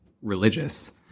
Religious